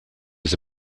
was